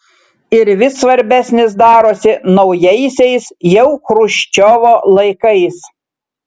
ir vis svarbesnis darosi naujaisiais jau chruščiovo laikais